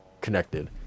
connected